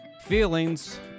feelings